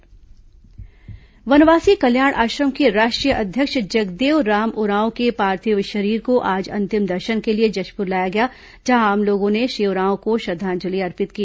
जगदेव राम उरांव श्रद्धांजलि वनवासी कल्याण आश्रम के राष्ट्रीय अध्यक्ष जगदेव राम उरांव के पार्थिव शरीर को आज अंतिम दर्शन के लिए जशपुर लाया गया जहां आम लोगों ने श्री उरांव को श्रद्धांजलि अर्पित की